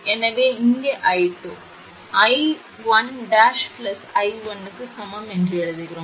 எனவே இங்கே i2 உங்கள் i1 ′ i1 க்கு சமம் என்று எழுதுகிறேன்